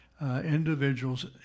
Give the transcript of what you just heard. individuals